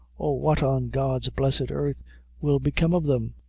oh, what on god's blessed earth will become of them?